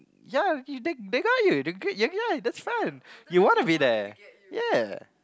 ya you take they got you they yeah that's fine you wanna be there ya